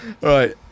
right